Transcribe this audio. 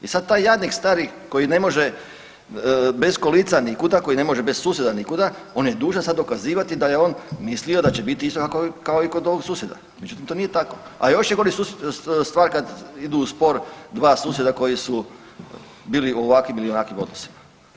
I sad taj jadnik stari koji ne može bez kolica nikuda, koji ne može bez susjeda nikuda, on je dužan sad dokazivati da je on mislio da će biti isto tako i kod ovog susjeda, međutim, to nije tako, a još je gore stvar kad idu u spor dva susjeda koji su bili ovakvim ili onakvim odnosima.